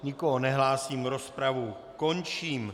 Nikoho nevidím, rozpravu končím.